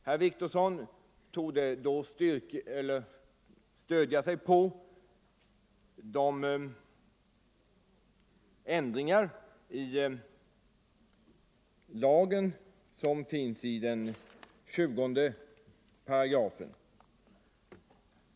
Herr Wictorsson torde då avse de ändringar av 20§ som föreslås i propositionen.